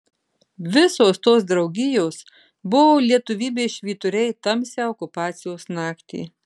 visos tos draugijos buvo lietuvybės švyturiai tamsią okupacijos naktį